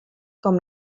com